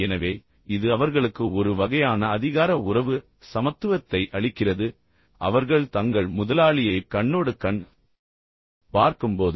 எனவே இது அவர்களுக்கு ஒரு வகையான அதிகார உறவு சமத்துவத்தை அளிக்கிறது அவர்கள் தங்கள் முதலாளியைப் கண்ணோடு கண் பார்க்கும்போது